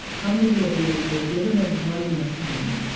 how many of you when you're given a writing assignment,